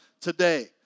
today